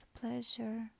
pleasure